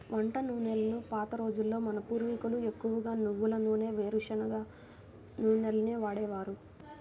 వంట నూనెలుగా పాత రోజుల్లో మన పూర్వీకులు ఎక్కువగా నువ్వుల నూనె, వేరుశనగ నూనెలనే వాడేవారు